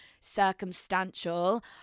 circumstantial